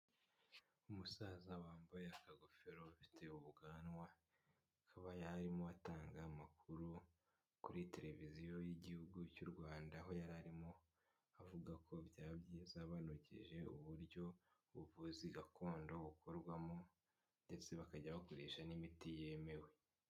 Umusaza wambaye akagofero afite ubwanwa, akaba yari arimo atanga amakuru kuri televiziyo y'Igihugu cy'u Rwanda aho yarimo avuga ko byaba byiza banogeje uburyo ubuvuzi gakondo bukorwamo ndetse bakajya bagurisha n'imiti yemewe.